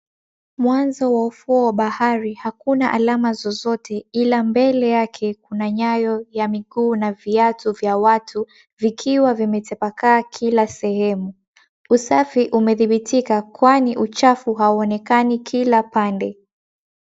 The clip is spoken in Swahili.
Mwanzo wa ufuo wa bahari hakuna alama zozote ila mbele yake kuna nyayo za miguu na viatu vya watu vikiwa vimetapakaa kila sehemu. Usafi umedhibitika kwani uchafu hauonekani kila pande.